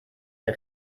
der